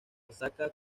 oaxaca